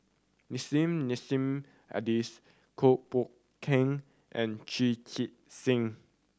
Nissim Nassim Adis Kuo Pao Kun and Chu Chee Seng